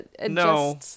No